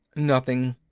nothing.